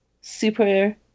super